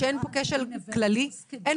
שאין פה כשל כללי רחב?